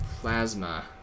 Plasma